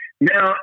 Now